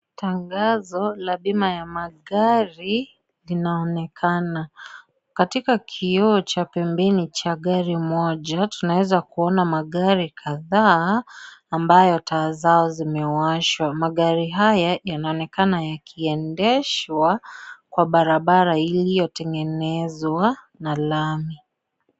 Tangazo la bima ya magari linaonekana. Katika kioo cha pembeni cha gari moja, tunaweza kuona magari kadhaa ambayo taa zao zimewashwa. Magari haya yanaonekana yakiendeshwa kwa barabara iliyotengenezwa na lami.